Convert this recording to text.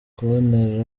kubonera